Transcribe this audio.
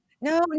No